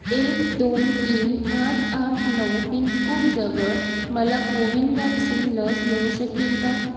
एक दोन तीन आठ आठ नऊ पिनकोडजवळ मला कोविनवॅक्सिन लस मिळू शकेल का